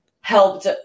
helped